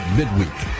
midweek